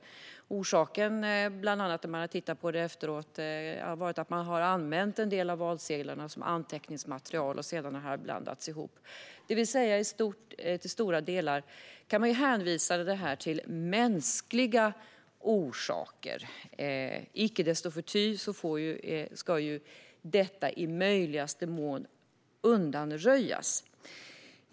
När man har tittat på det efteråt har man sett att orsakerna bland annat var att man använt en del av valsedlarna som anteckningsmaterial, och sedan har det här blandats ihop. Det vill säga, till stora delar kan man hänvisa till den mänskliga faktorn. Icke desto mindre ska förstås detta i möjligaste mån undanröjas.